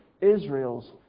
Israel's